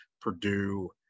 Purdue